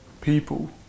people